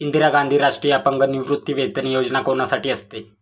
इंदिरा गांधी राष्ट्रीय अपंग निवृत्तीवेतन योजना कोणासाठी असते?